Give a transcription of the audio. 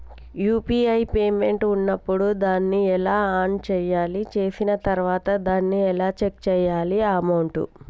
UPI payment ఉన్నప్పుడు దాన్ని ఎలా ఆన్ చేయాలి? చేసిన తర్వాత దాన్ని ఎలా చెక్ చేయాలి అమౌంట్?